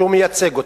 שמייצג אותם.